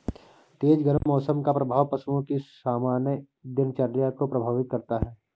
तेज गर्म मौसम का प्रभाव पशुओं की सामान्य दिनचर्या को प्रभावित करता है